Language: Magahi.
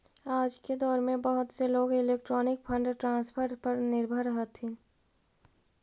आज के दौर में बहुत से लोग इलेक्ट्रॉनिक फंड ट्रांसफर पर निर्भर हथीन